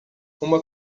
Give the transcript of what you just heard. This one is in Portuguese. uma